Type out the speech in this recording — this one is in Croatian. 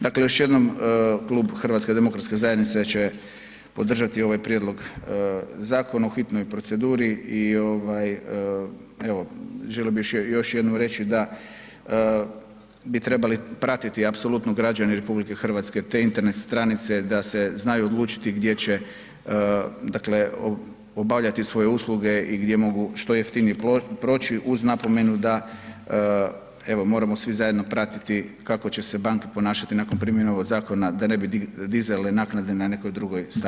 Dakle, još jednom Klub HDZ-a će podržati ovaj prijedlog zakona u hitnoj proceduri i ovaj evo želio bih još jednom reći da bi trebali pratiti apsolutno građani RH te Internet stranice da se znaju odlučiti gdje će dakle obavljati svoje usluge i gdje mogu što jeftinije proći uz napomenu da evo moramo svi zajedno pratiti kako će se banke ponašati nakon primjene ovog zakona da ne bi dizale naknade na nekoj drugoj stavci.